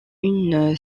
une